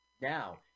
now